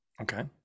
Okay